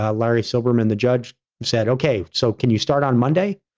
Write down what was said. ah larry silberman, the judge said, okay, so can you start on monday?